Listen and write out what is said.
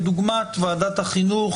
כדוגמת ועדת החינוך,